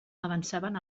avançaven